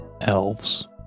elves